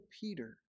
Peter